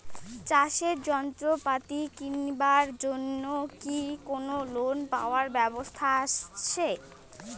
চাষের যন্ত্রপাতি কিনিবার জন্য কি কোনো লোন পাবার ব্যবস্থা আসে?